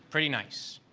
pretty nice.